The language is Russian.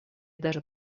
даже